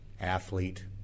athlete